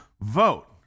vote